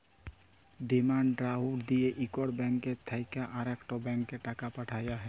demand draft দিঁয়ে ইকট bank থ্যাইকে আরেকট ব্যাংকে টাকা পাঠাল হ্যয়